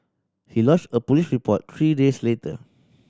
he lodged a police report three days later